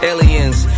Aliens